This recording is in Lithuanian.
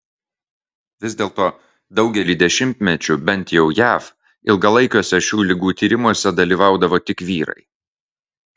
vis dėlto daugelį dešimtmečių bent jau jav ilgalaikiuose šių ligų tyrimuose dalyvaudavo tik vyrai